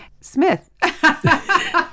Smith